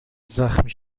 زخمی